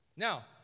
Now